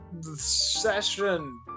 session